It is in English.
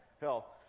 hell